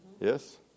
Yes